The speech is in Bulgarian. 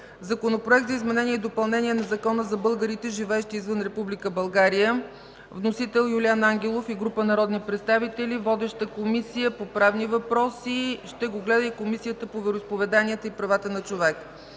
Законопроект за изменение и допълнение на Закона за българите, живеещи извън Република България. Вносител – Юлиан Ангелов и група народни представители. Водеща е Комисията по правни въпроси, ще го гледа и Комисията по вероизповеданията и правата на човека.